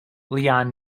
leone